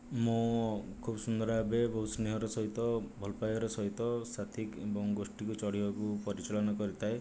ମୁଁ ଖୁବ୍ ସୁନ୍ଦର ଭାବେ ବହୁତ ସ୍ନେହର ସହିତ ଭଲ ପାଇବାର ସହିତ ସାଥିକି ଏବଂ ଗୋଷ୍ଟିକୁ ଚଢ଼ିବାକୁ ପରିଚାଳନା କରିଥାଏ